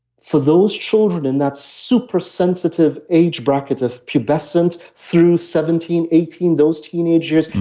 for those children, in that super sensitive age brackets of pubescent through seventeen, eighteen those teenage years,